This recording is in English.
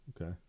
Okay